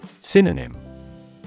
Synonym